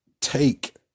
take